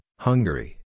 Hungary